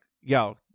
yo